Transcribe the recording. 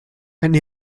and